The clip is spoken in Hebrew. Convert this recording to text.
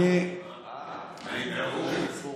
אני מהאו"ם?